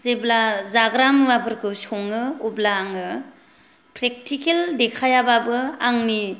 जेब्ला जाग्रा मुवाफोरखौ सङो अब्ला आङो प्रेकटिकेल देखायाबाबो आंनि